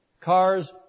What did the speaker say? Cars